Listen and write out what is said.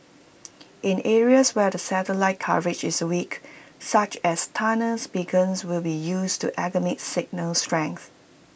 in areas where the satellite coverage is weak such as tunnels beacons will be used to augment signal strength